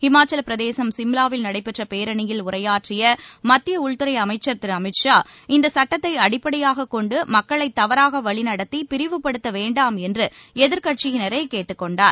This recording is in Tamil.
ஹிமாச்சலபிரதேசம் சிம்வாவில் நடைபெற்ற பேரணியில் உரையாற்றிய மத்திய உள்துறை அமைச்ச் திரு அமித் ஷா இந்த சுட்டத்தை அடிப்படையாக கொண்டு மக்களை தவறாக வழிநடத்தி பிரிவுப்படுத்த வேண்டாம் என்று எதிர்கட்சியினரை கேட்டுக்கொண்டார்